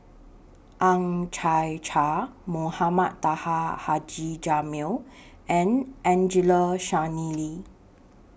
Ang Chwee Chai Mohamed Taha Haji Jamil and Angelo Sanelli